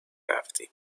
رفتیم